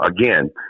again